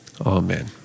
Amen